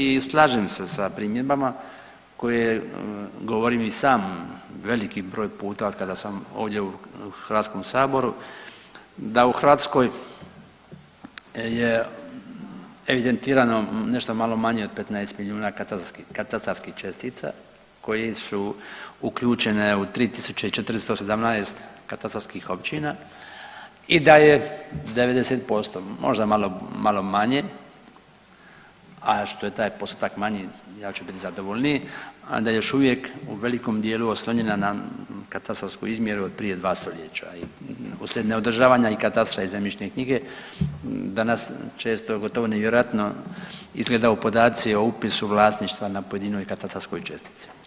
I slažem se sa primjedbama koje govorim i sam veliki broj puta od kada sam ovdje u Hrvatskom saboru da u Hrvatskoj je evidentirano nešto malo manje od 15 milijuna katastarskih čestica koje su uključene u 3417 katastarskih općina i da je 90%, možda malo manje a što je taj postotak manji ja ću biti zadovoljniji, a da je još uvijek u velikom dijelu oslonjena na katastarsku izmjeru od prije dva stoljeća i uslijed neodržavanja i katastra i zemljišne knjige danas često gotovo nevjerojatno izgledaju podaci o upisu vlasništva na pojedinoj katastarskoj čestici.